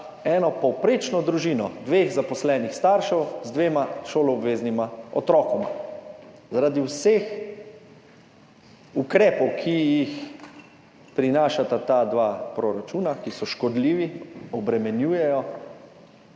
eno povprečno družino dveh zaposlenih staršev z dvema šoloobveznima otrokoma. Zaradi vseh ukrepov, ki jih prinašata ta dva proračuna, ki so škodljivi, obremenjujejo,